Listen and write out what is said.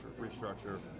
restructure